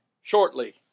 shortly